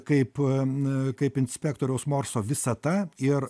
kaip na kaip inspektoriaus morso visata ir